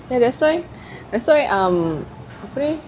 ya that's why that's why um apa ni